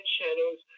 Shadows